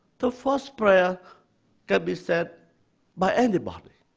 the first prayer can be said by anybody,